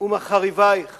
ומחריבייך